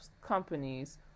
companies